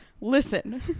listen